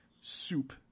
soup